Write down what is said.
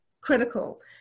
critical